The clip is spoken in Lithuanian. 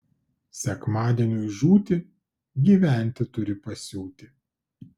sekmadieniui žūti gyventi turi pasiūti